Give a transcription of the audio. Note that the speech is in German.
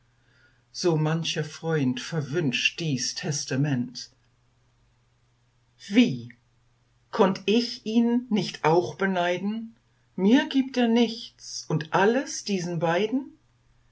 so mancher freund verwünscht dies testament wie konnt ich ihn nicht auch beneiden mir gibt er nichts und alles diesen beiden